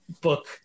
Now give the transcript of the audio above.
book